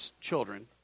children